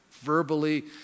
verbally